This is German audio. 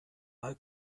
mal